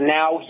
now